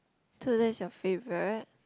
to that's your favourite